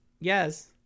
Yes